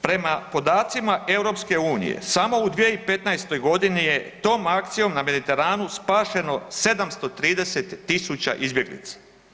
Prema podacima EU samo u 2015.g. je tom akcijom na Mediteranu spašeno 730.000 izbjeglica.